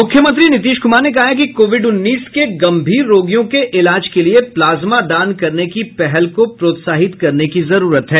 मुख्यमंत्री नीतीश कुमार ने कहा है कि कोविड उन्नीस के गंभीर रोगियों के इलाज के लिये प्लाज्मा दान करने की पहल को प्रोत्साहित करने की जरूरत है